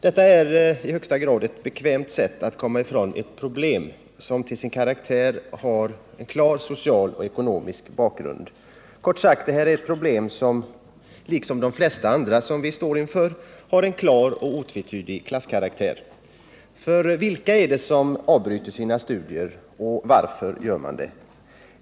Detta är ett i högsta grad bekvämt sätt att komma ifrån ett problem, som till sin karaktär har en klar social och ekonomisk bakgrund. Det är kort sagt ett problem som liksom de flesta andra vi står inför har en klar och otvetydig klasskaraktär. För vilka är det som avbryter sina studier, och varför gör de detta?